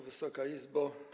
Wysoka Izbo!